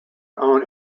own